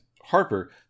Harper